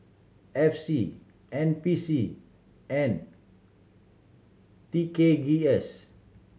F C N P C and T K G S